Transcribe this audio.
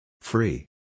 Free